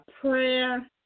prayer